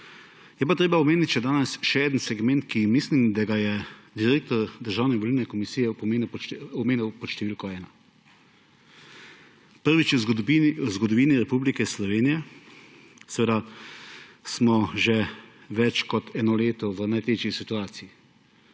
Je pa treba omeniti danes še en segment, za katerega mislim, da ga je direktor Državne volilne komisije omenil pod številko ena. Prvič v zgodovini Republike Slovenije smo že več kot eno leto v najtežji situaciji,